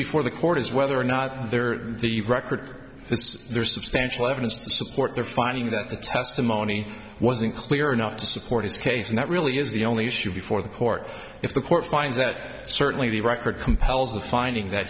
before the court is whether or not there the record is there is substantial evidence to support their finding that the testimony wasn't clear enough to support his case and that really is the only issue before the court if the court finds that certainly the record compels the finding that